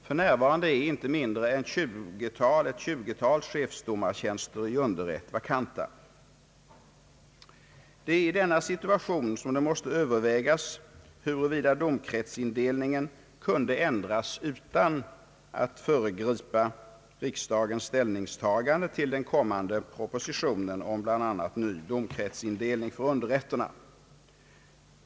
För närvarande är inte mindre än ett tjugotal chefsdomartjänster i underrätter vakanta. I denna situation måste övervägas huruvida domkretsindelningen kunde ändras utan att föregripa riksdagens ställningstagande till den kommande propositionen om bl.a. ny domkretsindelning för underrätterna.